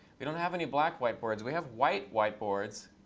we don't have any black whiteboards. we have white whiteboards